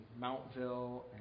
Mountville